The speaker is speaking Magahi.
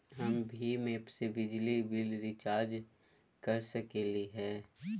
हम भीम ऐप से बिजली बिल रिचार्ज कर सकली हई?